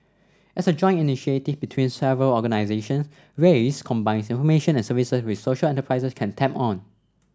as a joint initiative between several organisations raise combines information and services which social enterprises can tap on